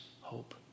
hope